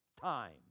time